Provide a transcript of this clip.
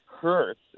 hurts